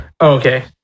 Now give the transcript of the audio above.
Okay